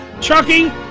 Chucky